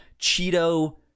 cheeto